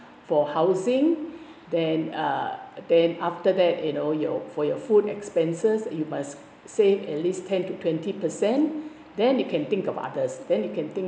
for housing then uh then after that you know your for your food expenses you must save at least ten to twenty percent then you can think of others then you can think